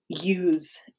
use